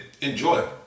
enjoy